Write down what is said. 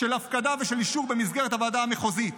של הפקדה ושל אישור במסגרת הוועדה המחוזית